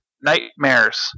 nightmares